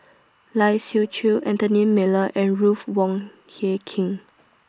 Lai Siu Chiu Anthony Miller and Ruth Wong Hie King